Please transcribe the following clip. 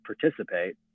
participate